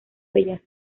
bellas